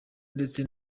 ndetse